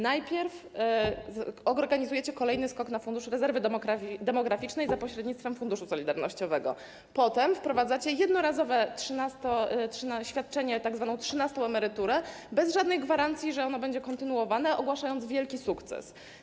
Najpierw organizujecie kolejny skok na Fundusz Rezerwy Demograficznej za pośrednictwem Funduszu Solidarnościowego, potem wprowadzacie jednorazowe świadczenie, tzw. trzynastą emeryturę, bez żadnej gwarancji, że ona będzie kontynuowana, ogłaszając wielki sukces.